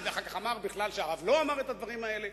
ואחר כך אמר שהרב בכלל לא אמר את הדברים האלה.